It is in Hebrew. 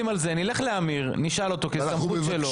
נלך לאמיר, נשאל אותו, כי זו הסמכות שלו.